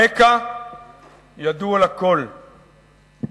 הרקע ידוע לכול,